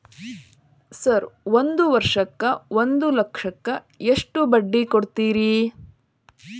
Sir ಒಂದು ವರ್ಷಕ್ಕ ಒಂದು ಲಕ್ಷಕ್ಕ ಎಷ್ಟು ಬಡ್ಡಿ ಕೊಡ್ತೇರಿ?